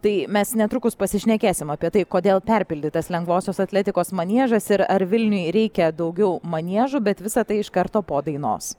tai mes netrukus pasišnekėsim apie tai kodėl perpildytas lengvosios atletikos maniežas ir ar vilniui reikia daugiau maniežų bet visa tai iš karto po dainos